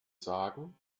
sagen